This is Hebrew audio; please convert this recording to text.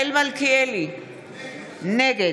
לא עובדות, לא עובדות.